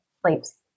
sleeps